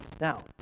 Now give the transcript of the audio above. Now